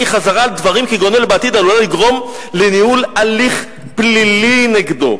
חזרה על דברים כגון אלה בעתיד עלולה לגרום לניהול הליך פלילי נגדו.